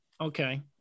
Okay